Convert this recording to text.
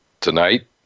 tonight